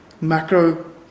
macro